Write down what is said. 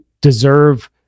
deserve